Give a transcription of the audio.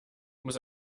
muss